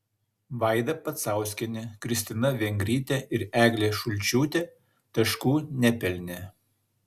vaida pacauskienė kristina vengrytė ir eglė šulčiūtė taškų nepelnė